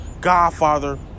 Godfather